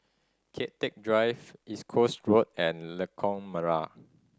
Kian Teck Drive East Coast Road and Lengkok Merak